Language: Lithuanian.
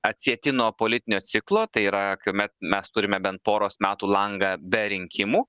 atsieti nuo politinio ciklo tai yra kuomet mes turime bent poros metų langą be rinkimų